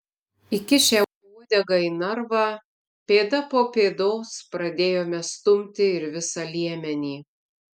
įkišę uodegą į narvą pėda po pėdos pradėjome stumti ir visą liemenį